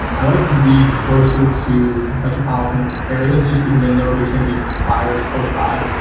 i like to be closer to metropolitan areas, just because i know there's gonna be buyers close by.